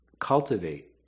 Cultivate